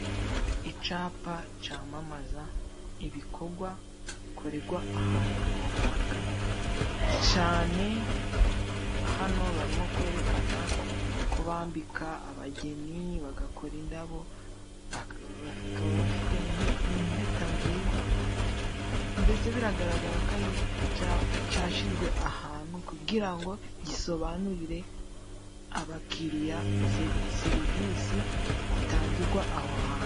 Icapa cyamamaza ibikorwa bikorerwa ahantu runaka, cyane hano bari mo kwerekana ko bambika abageni, bagakora indabo, bakaba bafite n'impeta nziza, ndetse bigaragara ko ari icyapa cyashyizwe ahantu, kugira ngo gisobanurire abakiriya serivisi zitangirwa aho hantu.